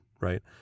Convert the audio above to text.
right